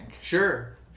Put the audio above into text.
Sure